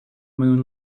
moon